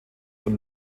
von